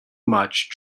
much